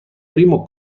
primo